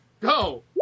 go